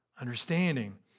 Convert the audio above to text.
understanding